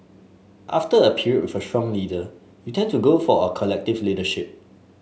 after a period with a strong leader you tend to go for a collective leadership